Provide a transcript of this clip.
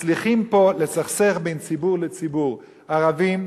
מצליחים פה לסכסך בין ציבור לציבור: ערבים,